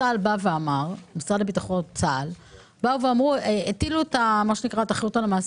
צה"ל הטיל את האחריות על המעסיק.